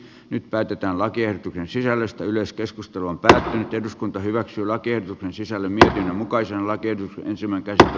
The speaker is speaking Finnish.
nyt päätetään lakiehdotuksen sisällöstä yleiskeskustelun tänään eduskunta hyväksyi lakiehdotukseen sisälly tähän mukaisella tietyn silmänkääntäjä